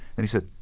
and he said,